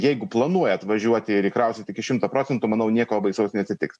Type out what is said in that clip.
jeigu planuojat važiuoti ir įkrausit iki šimto procentų manau nieko baisaus neatsitiks